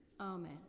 amen